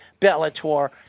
Bellator